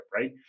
right